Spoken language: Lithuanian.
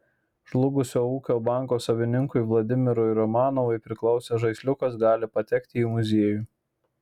žlugusio ūkio banko savininkui vladimirui romanovui priklausęs žaisliukas gali patekti į muziejų